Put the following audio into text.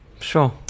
Sure